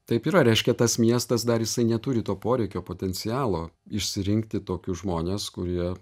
taip yra reiškia tas miestas dar jisai neturi to poreikio potencialo išsirinkti tokius žmones kurie